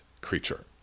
creature